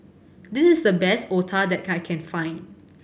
this is the best Otah that I can find